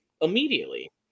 immediately